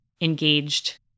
engaged